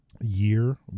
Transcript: year